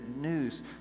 news